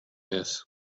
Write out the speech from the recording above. this